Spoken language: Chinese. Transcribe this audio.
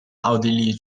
奥地利